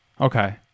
Okay